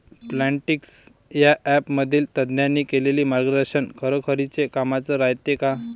Plantix या ॲपमधील तज्ज्ञांनी केलेली मार्गदर्शन खरोखरीच कामाचं रायते का?